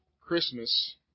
Christmas